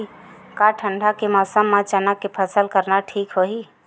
का ठंडा के मौसम म चना के फसल करना ठीक होही?